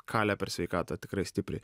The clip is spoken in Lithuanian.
kalė per sveikatą tikrai stipriai